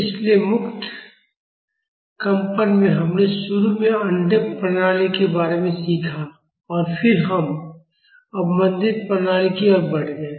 इसलिए मुक्त कंपन में हमने शुरू में अनडम्प्ड प्रणालियों के बारे में सीखा और फिर हम अवमंदित प्रणाली की ओर बढ़ गए